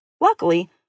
Luckily